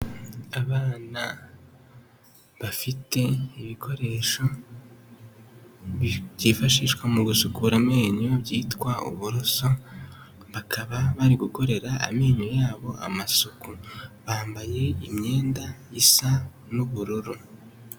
Abana bafite ibikoresho byifashishwa mu gusukura amenyo byitwa uburoso bakaba bari gukorera amenyo yabo amasuku bambaye imyenda isa n'ubururu.